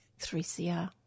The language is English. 3CR